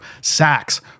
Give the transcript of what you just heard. sacks